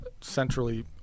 centrally